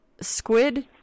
squid